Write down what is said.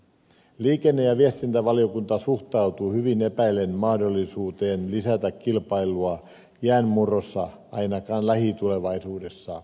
liikenne ja viestintävaliokunta suhtautuu hyvin epäillen mahdollisuuteen lisätä kilpailua jäänmurrossa ainakaan lähitulevaisuudessa